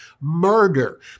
murder